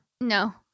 No